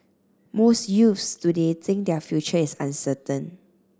most youths today think their future is uncertain